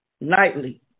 nightly